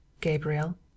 Gabriel